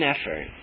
effort